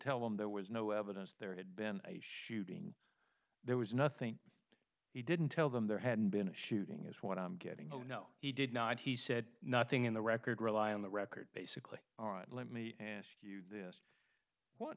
tell them there was no evidence there had been shooting there was nothing he didn't tell them there hadn't been a shooting is what i'm getting oh no he did not he said nothing in the record rely on the record basically all right let me ask you this what